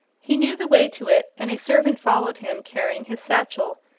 he knew the way to it, and a servant followed him, carrying his satchel.